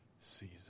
season